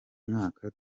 mwaka